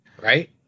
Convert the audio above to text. right